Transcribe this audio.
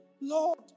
Lord